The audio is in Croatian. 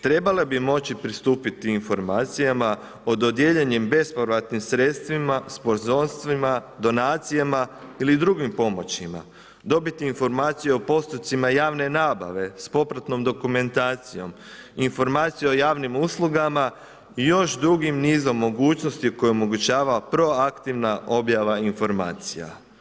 Trebali bi moći pristupiti informacijama o dodijeljenim bespovratnim sredstvima, sponzorstvima, donacijama ili drugim pomoćima, dobiti informaciju o postocima javne nabave, s popratnom dokumentacijom, informacije o javnim uslugama i još drugim nizom mogućnosti koje omogućava proaktivna objava informacija.